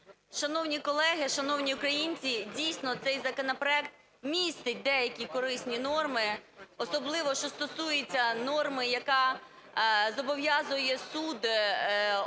Шановні колеги, шановні українці! Дійсно, цей законопроект містить деякі корисні норми, особливо що стосується норми, яка зобов'язує суд обов'язково